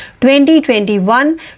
2021